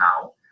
now